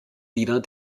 wieder